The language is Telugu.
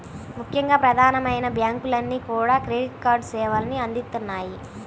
ముఖ్యంగా ప్రధానమైన బ్యాంకులన్నీ కూడా క్రెడిట్ కార్డు సేవల్ని అందిత్తన్నాయి